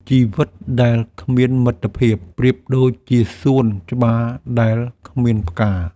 ជីវិតដែលគ្មានមិត្តភាព ប្រៀបដូចជាសួនច្បារដែលគ្មានផ្កា។